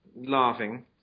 laughing